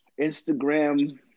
Instagram